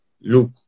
Look